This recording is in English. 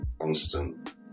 constant